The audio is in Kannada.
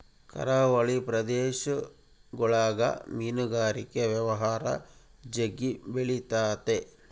ಕರಾವಳಿ ಪ್ರದೇಶಗುಳಗ ಮೀನುಗಾರಿಕೆ ವ್ಯವಹಾರ ಜಗ್ಗಿ ಬೆಳಿತತೆ